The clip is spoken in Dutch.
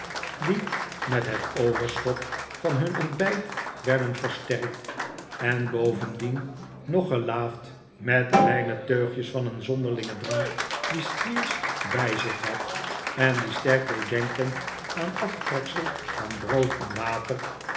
die met het overschot van hun ontbijt werden versterkt en bovendien nog gelaafd met kleine teugjes van een zonderlingen drank dien squeers bij zich had en die sterk deed denken aan aftreksel van brood in water